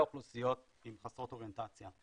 האוכלוסיות חסרות אוריינטציה,